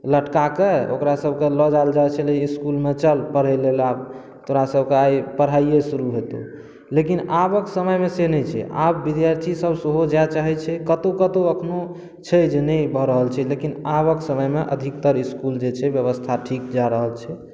लटका के ओकरा सभके लऽ जायल जाइत छलै हँ इसकुलमे चल पढ़ै लेल आब तोरा सभके आइ पढ़ाइ शुरू हेतौ लेकिन आबक समयमे से नहि छै आब बिद्यार्थी सभ सेहो जे चाहै छै कतौ कतौ अखनो छै जे नहि भऽ रहल छै लेकिन आबक समय मे अधिकतर इसकुल जे छै ब्यबस्था ठीक जा रहल छै